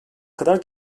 kadar